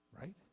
right